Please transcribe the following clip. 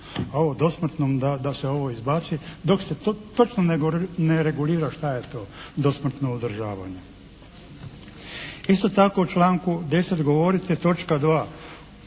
ovo dosmrtno da se ovo izbaci dok se točno ne regulira šta je to dosmrtno uzdržavanje. Isto tako, u članku 10.